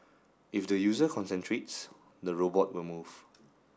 if the user concentrates the robot will move